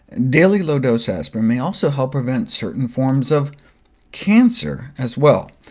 daily low dose aspirin may also help prevent certain forms of cancer as well.